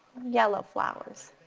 yellow flowers.